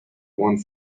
one